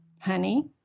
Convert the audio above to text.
honey